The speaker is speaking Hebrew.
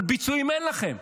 אבל ביצועים אין לכם.